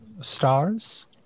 stars